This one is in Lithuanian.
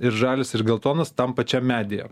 ir žalias ir geltonas tam pačiam medyje